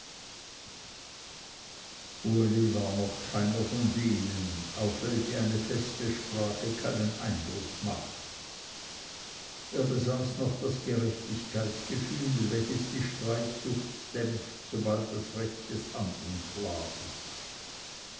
war noch keiner von denen auf welche eine feste sprache keinen eindruck macht er besaß noch das gerechtigkeitsgefühl welches die streitsucht dämpft sobald das recht des andern klar ist